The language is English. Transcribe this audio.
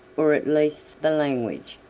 or at least the language,